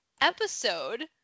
episode